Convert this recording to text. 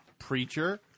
Preacher